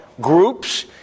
groups